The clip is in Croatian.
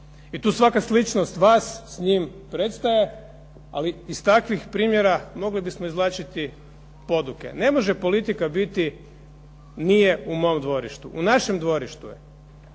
I tu svaka sličnost vas s njim prestaje, ali iz takvih primjera mogli bismo izvlačiti poduke. Ne može politika biti nije u mom dvorištu. U našem dvorištu je.